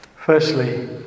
Firstly